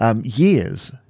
years